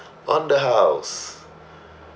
on the house